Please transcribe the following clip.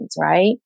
right